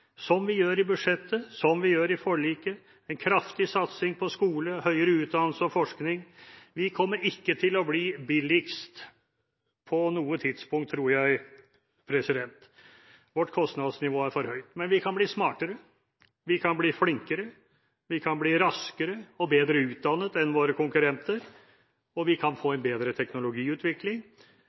som vi gjør i budsjettet og som vi gjør i forliket, en kraftig satsing på skole, høyere utdanning og forskning. Vi kommer ikke til å bli billigst på noe tidspunkt, tror jeg, vårt kostnadsnivå er for høyt. Men vi kan bli smartere, vi kan bli flinkere, vi kan bli raskere og bedre utdannet enn våre konkurrenter, og vi kan få en bedre teknologiutvikling.